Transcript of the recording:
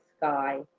sky